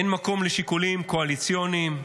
אין מקום לשיקולים קואליציוניים פוליטיים.